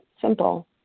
Simple